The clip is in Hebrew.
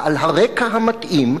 בעל הרקע המתאים,